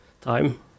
time